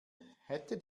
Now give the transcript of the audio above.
hätte